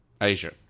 Asia